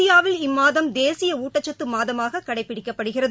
இந்தியாவில் இம்மாதம் தேசியஊட்டச்சத்துமாதமாககடைபிடிக்கப்படுகிறது